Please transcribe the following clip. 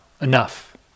enough